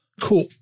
Cool